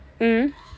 mm